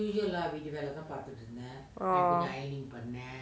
orh